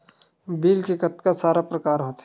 Bill के कतका सारा प्रकार होथे?